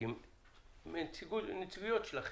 עם נציגויות שלכם.